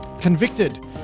convicted